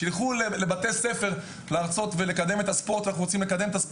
שילכו לבתי ספר להרצות ולקדם את הספורט.